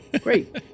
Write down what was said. great